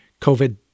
COVID